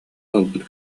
ылбыт